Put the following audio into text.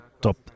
top